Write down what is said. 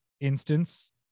instance